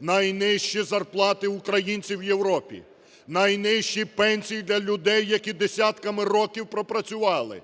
найнижчі зарплати українців в Європі, найнижчі пенсії для людей, які десятками років пропрацювали.